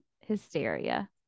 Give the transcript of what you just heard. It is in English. hysteria